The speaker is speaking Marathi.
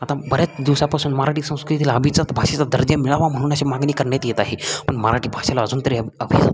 आता बऱ्याच दिवसापासून मराठी संस्कृतीला अभिजात भाषेचा दर्जा मिळावा म्हणून अशी मागणी करण्यात येत आहे पण मराठी भाषेला अजून तरी अ अभिजात